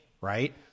right